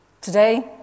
Today